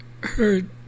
heard